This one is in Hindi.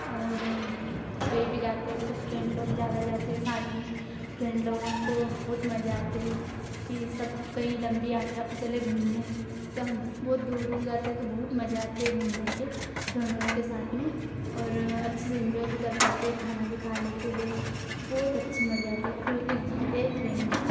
और कहीं भी जाते हैं तो फ्रेंड लोग ज़्यादा जाते है साथ में फ्रेंड लोग उनको बहुत मज़ा आते है कि सब कहीं लम्बी यात्रा पर चले घूमने तो हम बहुत दूर दूर जाते हैं तो बहुत मज़ा आते हाँ घूमने के फ्रेंड उन्ड के साथ में और अच्छे से एन्जॉय भी कर पाते हैं खाना भी खा लेते है बहुत अच्छी मज़ा आते हैं खुल कर जिते हैं ट्रेन में